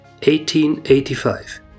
1885